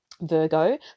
Virgo